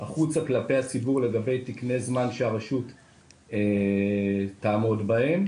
החוצה כלפי הציבור לגבי תקני זמן שהרשות תעמוד בהם.